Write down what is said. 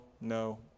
no